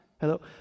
Hello